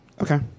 Okay